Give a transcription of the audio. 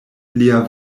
lia